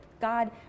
God